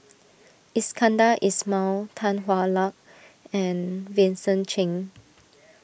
Iskandar Ismail Tan Hwa Luck and Vincent Cheng